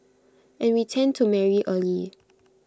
and we tend to marry early